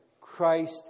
Christ